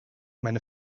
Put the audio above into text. meine